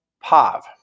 Pav